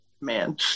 man